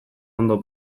ondo